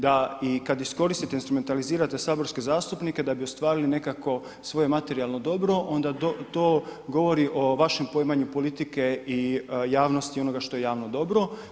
Da i kad iskoristite, instrumentalizirate saborske zastupnike da bi ostvarili nekakvo svoje materijalno dobro onda to govori o vašem poimanju politike i javnosti onoga što je javno dobro.